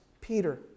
Peter